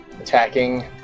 attacking